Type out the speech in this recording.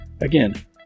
Again